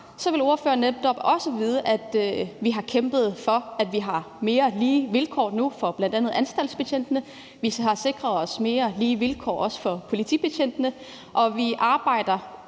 ville spørgeren netop også vide, at vi har kæmpet for, at vi har mere lige vilkår nu for bl.a. anstaltsbetjentene, at vi også har sikret os mere lige vilkår for politibetjentene, og at vi også arbejder